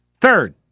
Third